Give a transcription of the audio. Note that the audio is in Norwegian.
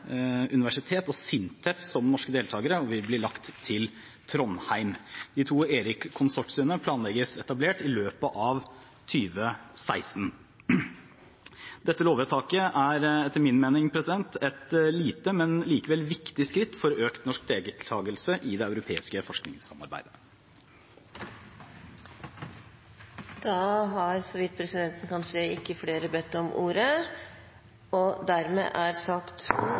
universitet og SINTEF som norske deltagere og vil bli lagt til Trondheim. De to ERIC-konsortiene planlegges etablert i løpet av 2016. Dette lovvedtaket er etter min mening et lite, men likevel viktig, skritt for økt norsk deltagelse i det europeiske forskningssamarbeidet. Flere har ikke bedt om ordet til sak nr. 2. Etter ønske fra kirke-, utdannings- og